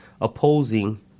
opposing